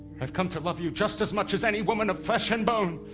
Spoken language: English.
i've come to love you just as much as any woman of flesh and bone